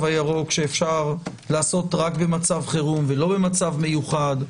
הירוק שאפשר לעשות רק במצב חירום ולא במצב מיוחד,